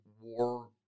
war